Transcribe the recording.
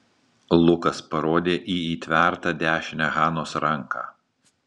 lukas parodė į įtvertą dešinę hanos ranką